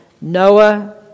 Noah